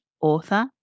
author